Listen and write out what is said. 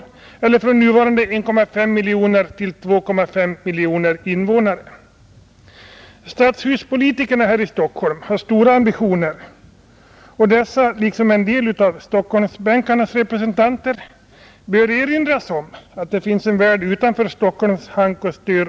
Det innebär en ökning från nuvarande 1,5 miljoner till 2,5 miljoner invånare, Stadshuspolitikerna här i Stockholm har stora ambitioner och de, liksom en del av riksdagens ledamöter på Stockholmsbänkarna, bör erinras om att det finns en värld också utanför Stockholms hank och stör.